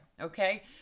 Okay